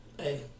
Hey